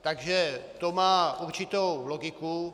Takže to má určitou logiku.